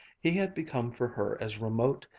he had become for her as remote,